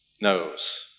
knows